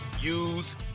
use